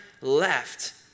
left